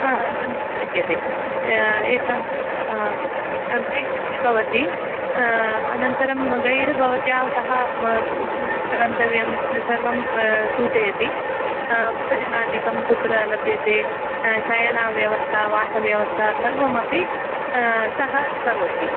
आगन्तुं शक्यते एकः गैड् अपि भवति अनन्तरं गैड् भवत्याः सः किं किं गन्तव्यं सर्वं सूचयति भोजनादिकं कुत्र लभ्यते शयनव्यवस्था वासव्यवस्था सर्वमपि सः करोति